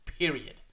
Period